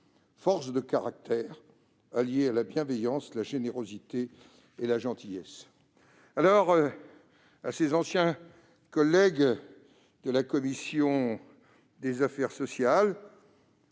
force de caractère, alliés à la bienveillance, la générosité et la gentillesse. À ses anciens collègues de la commission des affaires sociales